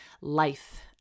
life